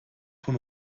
von